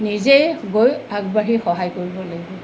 নিজেই গৈ আগবাঢ়ি সহায় কৰিব লাগিব